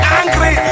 angry